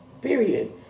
Period